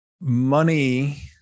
money